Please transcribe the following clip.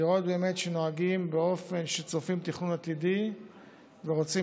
לראות באמת שנוהגים באופן שצופים תכנון עתידי ורוצים